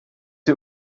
ihr